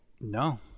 No